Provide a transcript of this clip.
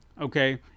Okay